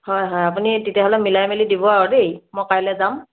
হয় হয় আপুনি তেতিয়াহ'লে মিলাই মেলি দিব আৰু দেই মই কাইলৈ যাম